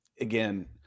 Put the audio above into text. again